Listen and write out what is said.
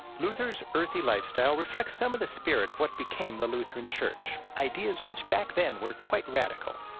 luther's earthy lifestyle reflects some of the spirit of what became the lutheran church, ideas which, back then, were quite radical.